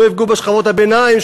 לא יפגעו בשכבות הביניים,